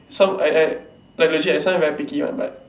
some I I like legit I sometimes very picky one but